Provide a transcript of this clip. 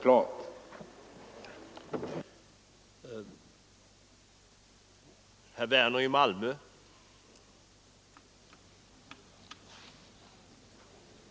Anslag till kriminalvården